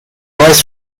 less